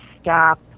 stop